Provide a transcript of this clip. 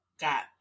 got